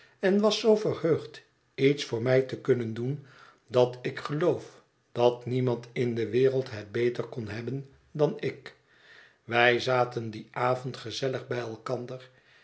en was zoo verheugd iets voor mij te kunnen doen dat ik geloof dat niemand in de wereld het beter kon hebben dan ik wij zaten dien avond gezellig bij elkander